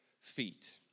feet